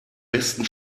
besten